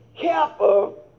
careful